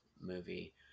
movie